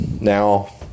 Now